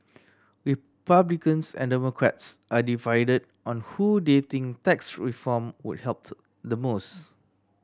Republicans and Democrats are divided on who they think tax reform would helped the most